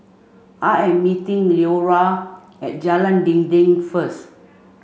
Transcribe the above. I am meeting Leora at Jalan Dinding first